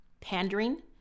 pandering